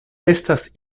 estas